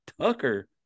Tucker